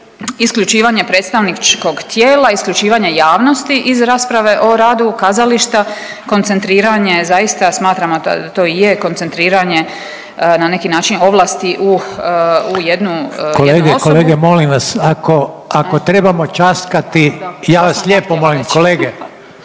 isključivanje predstavničkog tijela, isključivanje javnosti iz rasprave o radu kazališta, koncentriranje zaista smatramo da to i je koncentriranje na neki način ovlasti u jednu …/Upadica Reiner: Kolege, kolege molim vas ako trebamo ćaskati ja vas lijepo molim kolege.